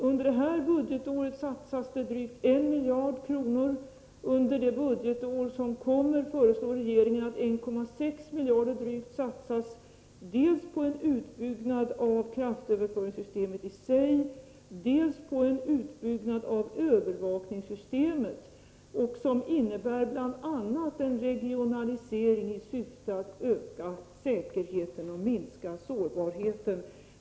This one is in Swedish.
Under innevarande budgetår satsas drygt 1 miljard kronor, och för det kommande budgetåret föreslår regeringen att drygt 1,6 miljarder skall satsas dels på en utbyggnad av kraftöverföringssystemetii sig, dels på en utbyggnad av övervakningssystemet, vilket bl.a. innebär en regionalisering i syfte att öka säkerheten och minska sårbarheten.